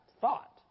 thought